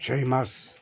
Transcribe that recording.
সেই মাছ